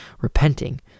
repenting